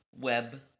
web